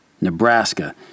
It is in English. Nebraska